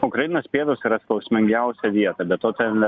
ukrainos pietūs yra skausmingiausia vieta be to ten